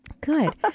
Good